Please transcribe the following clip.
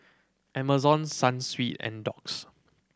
Amazon Sunsweet and Doux